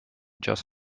just